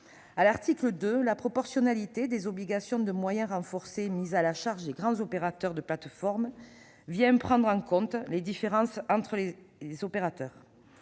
À l'article 2, la proportionnalité des obligations de moyens renforcées mises à la charge des grands opérateurs de plateforme prend en compte les différences entre les opérateurs.